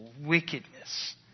wickedness